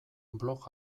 blog